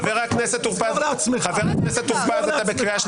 חבר הכנסת טור פז, צא בבקשה.